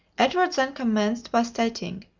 edward then commenced by stating,